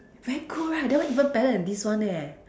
very cold right that one even better than this one eh